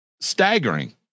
staggering